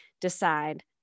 decide